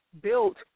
built